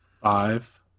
Five